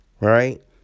right